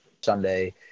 Sunday